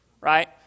right